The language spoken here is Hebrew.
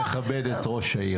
אדוני ראש העיר,